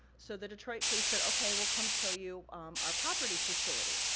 so, the detroit police said, okay, we'll come show you our property facility.